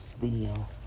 video